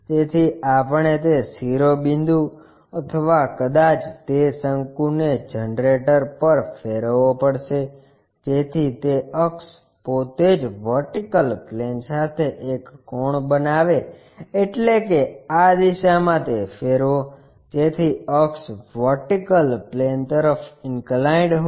તેથી આપણે તે શિરોબિંદુ અથવા કદાચ તે શંકુને જનરેટર પર ફેરવવો પડશે જેથી તે અક્ષ પોતે જ વર્ટિકલ પ્લેન સાથે એક કોણ બનાવે એટલે કે આ દિશામાં તે ફેરવો જેથી અક્ષ વર્ટિકલ પ્લેન તરફ ઇન્કલાઇન્ડ હોય